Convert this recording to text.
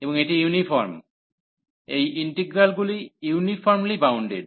এবং এটি ইউনিফর্ম এই ইন্টিগ্রালগুলি ইউনিফর্মলি বাউন্ডেড